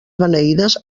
beneïdes